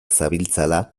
zabiltzala